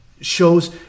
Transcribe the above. shows –